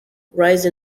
rise